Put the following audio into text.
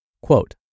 quote